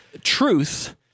truth